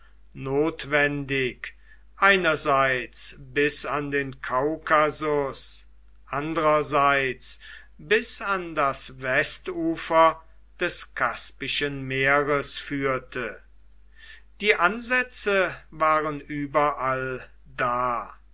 notwendig einerseits bis an den kaukasus andrerseits bis an das westufer des kaspischen meeres führte die ansätze waren überall da